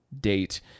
date